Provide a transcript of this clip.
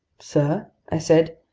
sir, i said,